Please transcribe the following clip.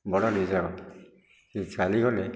ବଡ଼ ନିଜର ସେ ଚାଲିଗଲେ